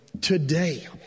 today